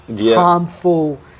harmful